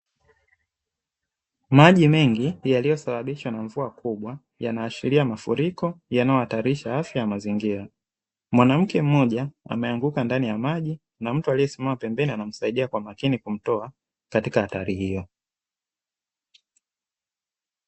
Maji mengi yaliyosababishwa na mvua kubwa, yanaashiria mafuriko yanayohatarisha afya ya mazingira, mwanamke mmoja ameanguka ndani ya maji na mtu aliyesimama pembeni anamsaidia kwa umakini kumtoa katika hatari hiyo.